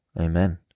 Amen